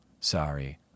Sorry